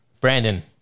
Brandon